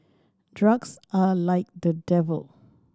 drugs are like the devil